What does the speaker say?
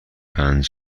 پنج